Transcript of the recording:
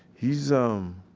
he's, um,